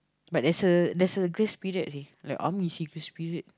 but there's a there's a grace period seh like army seh grace period